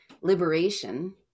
liberation